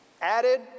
Added